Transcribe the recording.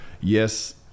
yes